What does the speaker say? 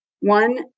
One